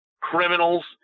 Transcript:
criminals